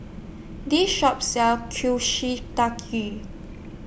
This Shop sells